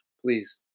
Please